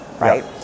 right